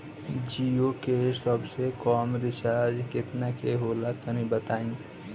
जीओ के सबसे कम रिचार्ज केतना के होला तनि बताई?